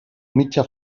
mitja